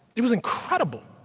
it was incredible.